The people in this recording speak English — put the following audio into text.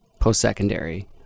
post-secondary